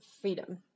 freedom